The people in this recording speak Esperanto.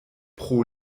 pro